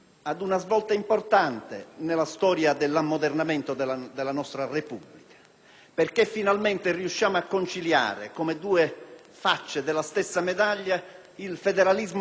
perché finalmente riusciamo a conciliare, come due facce della stessa medaglia, il federalismo costituzionale con il tema dell'autonomia delle risorse, cioè il federalismo fiscale.